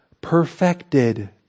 perfected